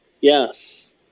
Yes